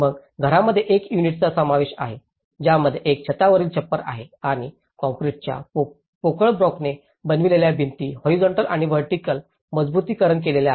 मग घरामध्ये एका युनिटचा समावेश आहे ज्यामध्ये एक छतावरील छप्पर आहे आणि कंक्रीटच्या पोकळ ब्लॉकने बनविलेल्या भिंती हॉरीझॉन्टल आणि व्हर्टिकल मजबुतीकरण केलेल्या आहेत